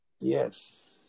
Yes